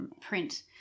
print